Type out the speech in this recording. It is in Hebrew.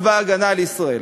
צבא ההגנה לישראל.